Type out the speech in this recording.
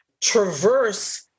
traverse